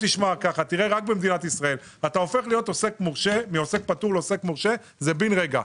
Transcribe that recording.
שקורה רק במדינת ישראל: אתה הופך מעוסק פטור לעוסק מורשה בן רגע.